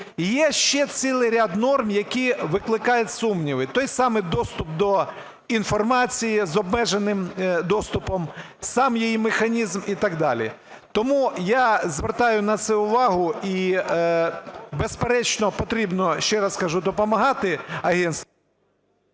Є ще цілий ряд норм, які викликають сумніви: той самий доступ до інформації з обмеженим доступом, сам її механізм і так далі. Тому я звертаю на це увагу і безперечно, потрібно, ще раз скажу, допомагати агентству...